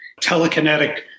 telekinetic